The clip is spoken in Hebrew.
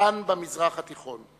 כאן במזרח התיכון.